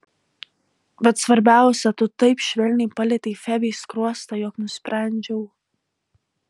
bet svarbiausia tu taip švelniai palietei febei skruostą jog nusprendžiau